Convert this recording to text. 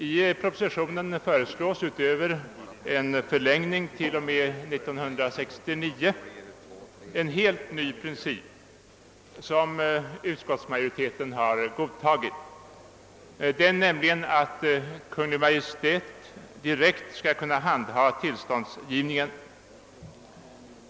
I propositionen föreslås utöver en förlängning till och med år 1969 en helt ny princip, som utskottsmajoriteten har godtagit, nämligen att Kungl. Maj:t direkt skall kunna handha tillståndsgivningen.